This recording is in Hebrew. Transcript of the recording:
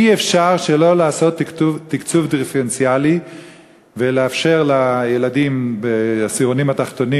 אי-אפשר שלא לעשות תקצוב דיפרנציאלי ולאפשר לילדים בעשירונים התחתונים,